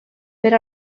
per